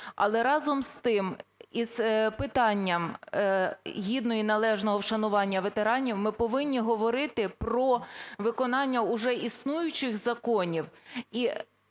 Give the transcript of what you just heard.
Але разом з тим із питанням гідного і належного вшанування ветеранів ми повинні говорити про виконання вже існуючих законів